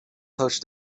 touch